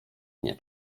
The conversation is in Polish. nie